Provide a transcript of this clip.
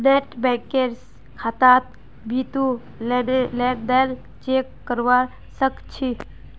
net banking स खातात बितु लेन देन चेक करवा सख छि